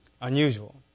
Unusual